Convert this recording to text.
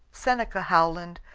seneca howland,